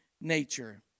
nature